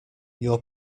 your